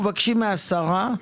שנה מהשרה,